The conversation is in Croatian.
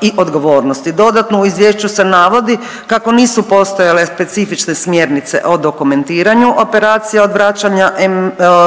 i odgovornosti. Dodatno u izvješću se navodi kako nisu postojale specifične smjernice o dokumentiranju operacija odvraćanja